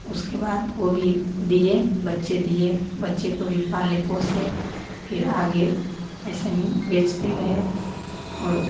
उसके बाद वो भी दिए बच्चे दिए बच्चे को भी पाले पोसे फिर आगे ऐसे ही बेचते गए और